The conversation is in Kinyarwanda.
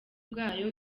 bwayo